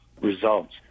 results